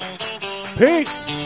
Peace